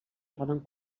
poden